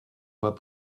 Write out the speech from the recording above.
pas